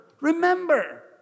Remember